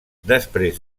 després